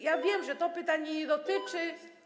Ja wiem, że to pytanie nie dotyczy.